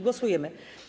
Głosujemy.